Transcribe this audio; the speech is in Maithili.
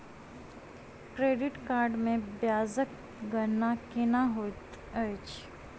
क्रेडिट कार्ड मे ब्याजक गणना केना होइत छैक